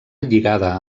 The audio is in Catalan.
lligada